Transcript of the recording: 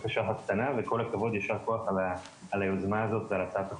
בקשה אחת קטנה כל הכבוד ויישר כוח על היוזמה הזאת ועל הצעת החוק.